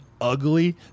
ugly